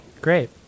Great